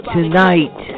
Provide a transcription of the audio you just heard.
Tonight